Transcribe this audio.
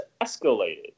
escalated